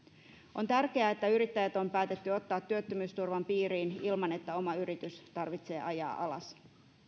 on tärkeää että yrittäjät on päätetty ottaa työttömyysturvan piiriin ilman että oma yritys tarvitsee ajaa alas